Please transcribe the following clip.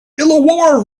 illawarra